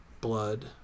blood